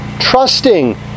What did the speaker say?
trusting